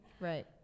Right